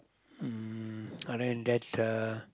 um other than that uh